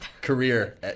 career